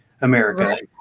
America